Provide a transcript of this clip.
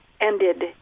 ended